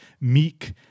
meek